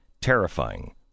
terrifying